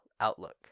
outlook